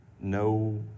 No